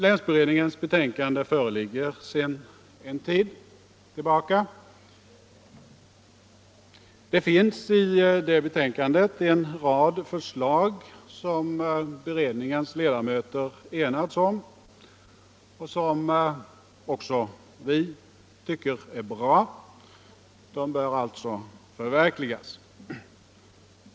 Länsberedningens betänkande föreligger sedan en tid tillbaka. Det finns i det betänkandet en rad förslag, som beredningens ledamöter enats om och som också vi tycker är bra. De bör också förverkligas.